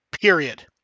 period